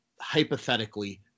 hypothetically